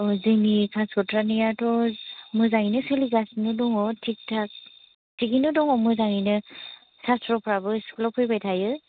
औ जोंनि खासिक'त्रानियाथ' सोलिगासिनो दङ थिक थाक बिदिनो दङ मोजाङैनो साथ्र'फ्राबो स्कुलाव फैबाय थायो